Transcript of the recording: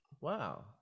Wow